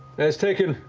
and it's taken.